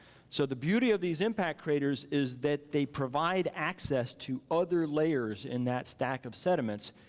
so the beauty of these impact craters is that they provide access to other layers in that stack of sediments,